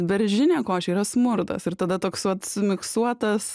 beržinė košė yra smurtas ir tada toks vat sumiksuotas